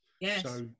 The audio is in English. Yes